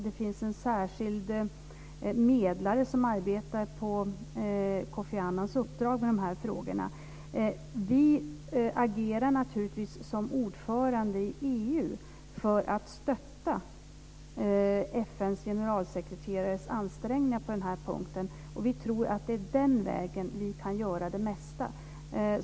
Det finns en särskild medlare som på Kofi Annans uppdrag arbetar med de här frågorna. Vi agerar naturligtvis som ordförande i EU för att stötta FN:s generalsekreterare i dennes ansträngningar på denna punkt och tror att det är den vägen vi kan göra det mesta.